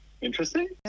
interesting